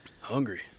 Hungry